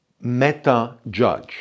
meta-judge